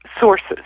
sources